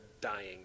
dying